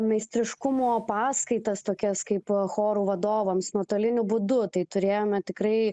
meistriškumo paskaitas tokias kaip chorų vadovams nuotoliniu būdu tai turėjome tikrai